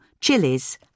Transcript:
chilies